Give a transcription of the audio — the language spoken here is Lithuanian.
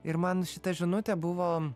ir man šita žinutė buvo